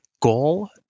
goal